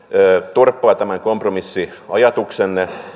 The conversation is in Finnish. torppaa tämän kompromissiajatuksenne